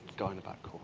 going back, cool.